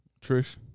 Trish